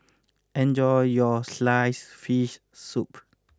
enjoy your Sliced Fish Soup